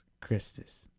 Christus